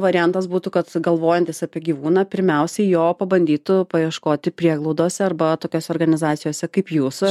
variantas būtų kad galvojantys apie gyvūną pirmiausiai jo pabandytų paieškoti prieglaudose arba tokiose organizacijose kaip jūsų